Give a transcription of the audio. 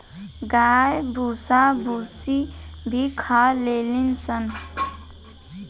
गाय भूसा भूसी भी खा लेली सन